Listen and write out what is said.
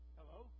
Hello